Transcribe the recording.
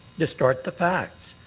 distort the facts.